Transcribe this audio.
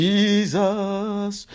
Jesus